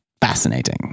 fascinating